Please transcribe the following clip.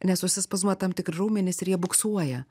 nes užsispazmuoja tam tikri raumenys ir jie buksuoja